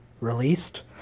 released